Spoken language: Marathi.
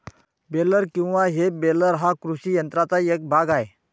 बेलर किंवा हे बेलर हा कृषी यंत्राचा एक भाग आहे